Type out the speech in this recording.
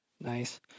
Nice